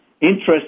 interest